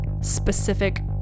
specific